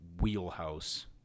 wheelhouse